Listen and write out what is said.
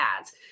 ads